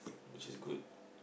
which is good